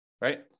right